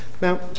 Now